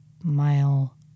mile